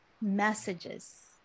messages